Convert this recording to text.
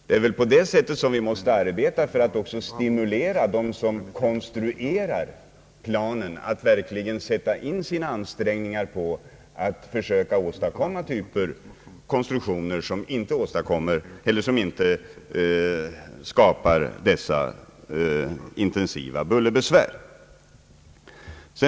Det är väl på det sättet vi måste arbeta för att stimulera dem som konstruerar plan att verkligen sätta in sina ansträngningar på att försöka åstadkomma konstruktioner som inte förorsakar dessa intensiva bullerbesvär.